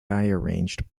arranged